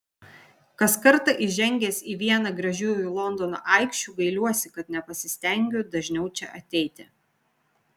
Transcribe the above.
kas kartą įžengęs į vieną gražiųjų londono aikščių gailiuosi kad nepasistengiu dažniau čia ateiti